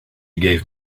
gave